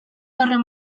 horren